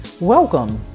Welcome